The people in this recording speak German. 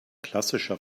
klassischer